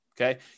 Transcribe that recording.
okay